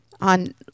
on